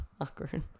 Awkward